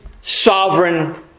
sovereign